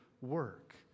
work